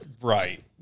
Right